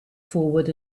forward